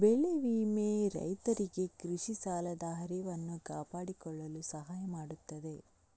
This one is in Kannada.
ಬೆಳೆ ವಿಮೆ ರೈತರಿಗೆ ಕೃಷಿ ಸಾಲದ ಹರಿವನ್ನು ಕಾಪಾಡಿಕೊಳ್ಳಲು ಸಹಾಯ ಮಾಡುತ್ತದೆ